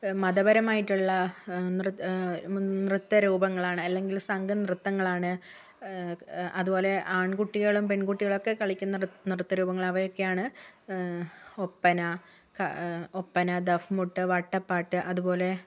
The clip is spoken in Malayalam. മതപരമായിട്ടുള്ള നൃത്തരൂപങ്ങളാണ് അല്ലെങ്കിൽ സംഘനൃത്തങ്ങളാണ് അതുപോലെ ആൺകുട്ടികളും പെൺകുട്ടികളും ഒക്കെ കളിക്കുന്ന നൃത്തരൂപങ്ങൾ അവയൊക്കെയാണ് ഒപ്പന ഒപ്പന ദഫ്മുട്ട് വട്ടപ്പാട്ട് അതുപോലെ